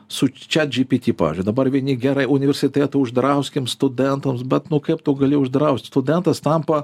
su chat gpt pavyzdžiui dabar vieni gerai universitetų uždrauskim studentams bet nu kaip tu gali uždraust studentas tampa